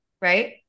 right